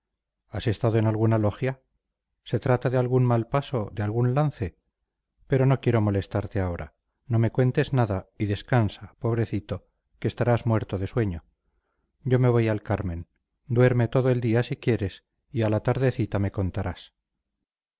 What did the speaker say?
has estado en alguna logia se trata de algún mal paso de algún lance pero no quiero molestarte ahora no me cuentes nada y descansa pobrecito que estarás muerto de sueño yo me voy al carmen duerme todo el día si quieres y a la tardecita me contarás